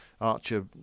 Archer